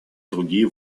другие